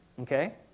okay